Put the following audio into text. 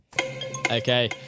Okay